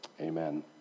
amen